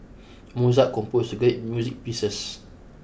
Mozart composed great music pieces